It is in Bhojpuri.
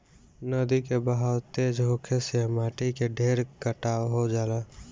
नदी के बहाव तेज होखे से माटी के ढेर कटाव हो जाला